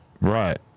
Right